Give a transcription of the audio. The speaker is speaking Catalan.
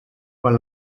quan